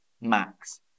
Max